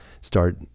start